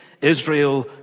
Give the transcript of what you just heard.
Israel